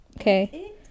Okay